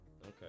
Okay